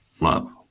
Love